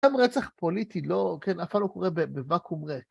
גם רצח פוליטי לא, כן, אף פעם לא קורה בוואקום ריק.